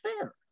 fair